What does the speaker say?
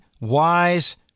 wise